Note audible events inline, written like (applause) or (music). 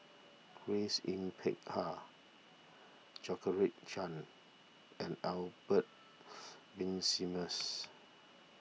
Grace Yin Peck Ha Georgette Chen and Albert (noise) Winsemius